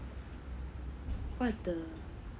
what the